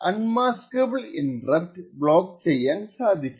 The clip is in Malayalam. അൺമസ്കബിൾ ഇന്റെര്പ്റ് ബ്ലോക്ക് ചെയ്യാൻ സാധിക്കില്ല